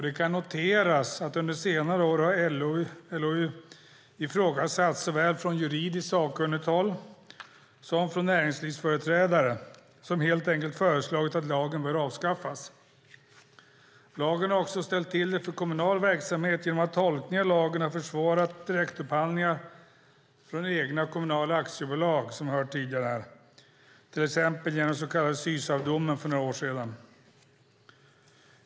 Det kan noteras att LOU under senare år har ifrågasatts såväl från juridiskt sakkunnigt håll som från näringslivsföreträdare, som helt enkelt föreslagit att lagen bör avskaffas. Lagen har också ställt till det för kommunal verksamhet, som vi har hört här tidigare, genom att tolkningen av lagen har försvårat direktupphandlingar från egna kommunala aktiebolag, till exempel genom den så kallade Sysavdomen för några år sedan.